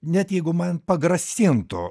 net jeigu man pagrasintų